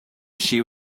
she